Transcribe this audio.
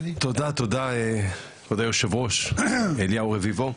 תודה תודה כבוד היושב-ראש אליהו רביבו,